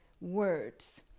words